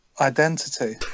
identity